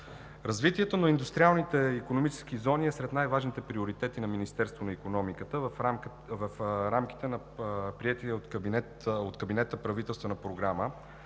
Развитието на индустриалните икономически зони е сред най-важните приоритети на Министерството на икономиката в рамките на приетата от кабинета правителствена програма.